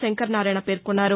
శంకరనారాయణ పేర్కొన్నారు